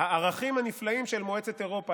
הערכים הנפלאים של מועצת אירופה.